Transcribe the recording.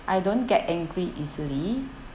I don't get angry easily